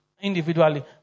individually